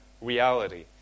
reality